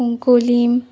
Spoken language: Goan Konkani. कुंकोलीं